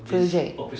project